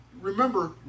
remember